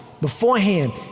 beforehand